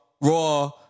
raw